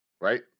Right